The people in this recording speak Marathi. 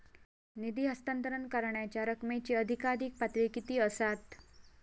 निधी हस्तांतरण करण्यांच्या रकमेची अधिकाधिक पातळी किती असात?